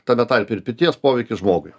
tame tarpe ir pirties poveikį žmogui